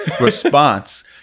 response